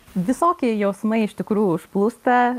visokie jausmai iš tikrųjų užplūsta